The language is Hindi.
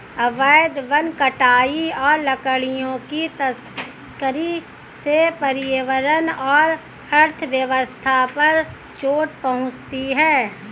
अवैध वन कटाई और लकड़ियों की तस्करी से पर्यावरण और अर्थव्यवस्था पर चोट पहुँचती है